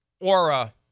aura